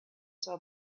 saw